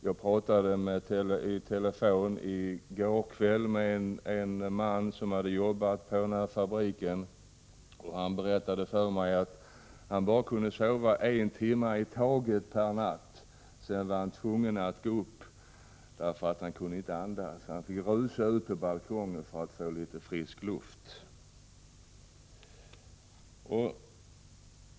Jag pratade i går kväll i telefon med en man som hade jobbat på denna fabrik, och han berättade för mig att han bara kunde sova en timme i taget, sedan var han tvungen att gå upp därför att han inte kunde andas. Han måste rusa ut på balkongen för att få litet frisk luft.